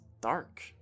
dark